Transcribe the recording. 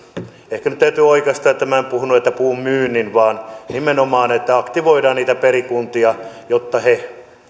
ehkä nyt täytyy oikaista että minä en puhunut puun myynnistä vaan nimenomaan siitä että aktivoidaan perikuntia jotta he